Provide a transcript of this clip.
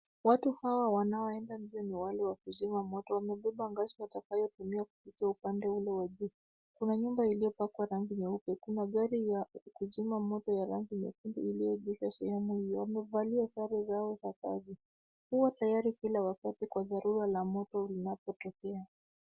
Watu hawa wanaoenda mbio ni wale wa kuzima moto. Wamebeba ngazi watakayotumia kufika upande ule wa juu. Kuna nyumba iliyopakwa rangi nyeupe, kuna gari ya kuzima moto ya rangi nyekundu iliyoegeshwa katika sehemu hiyo. Wamevalia sare zao za kazi. Huwa tayari kila wakati kwa dharura la moto linapotokea.